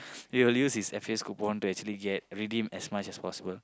we will use his F_A_S coupon to actually get redeem as much as possible